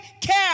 care